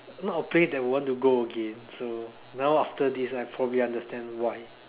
not a place that you want to go again so now after this I probably understand why